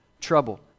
trouble